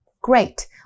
great